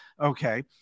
Okay